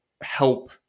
help